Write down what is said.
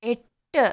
എട്ട്